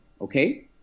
Okay